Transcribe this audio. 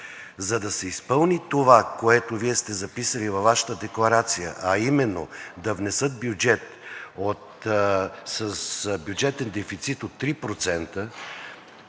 За да се изпълни това, което Вие сте записали във Вашата декларация, а именно да внесат бюджет с бюджетен дефицит от 3%,